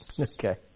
Okay